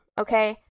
Okay